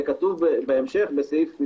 וכתוב בהמשך בסעיף 5,